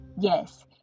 yes